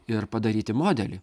ir padaryti modelį